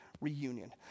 reunion